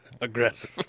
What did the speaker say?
Aggressive